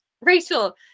Rachel